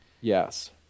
Yes